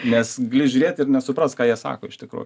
nes gali žiūrėt ir nesuprast ką jie sako iš tikrųjų